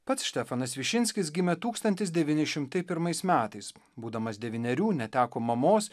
pats štefanas višinskis gimė tūkstantis devyni šimtai pirmais metais būdamas devynerių neteko mamos